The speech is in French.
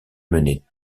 mener